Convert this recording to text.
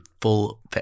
full